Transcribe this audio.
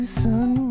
sun